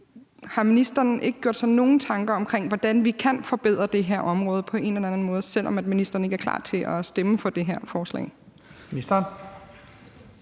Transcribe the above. har ministeren ikke gjort sig nogen tanker om, hvordan vi på en eller anden måde kan forbedre det her område, selv om ministeren ikke er klar til at stemme for det her forslag?